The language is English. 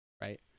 right